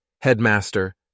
Headmaster